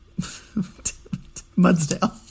Mudsdale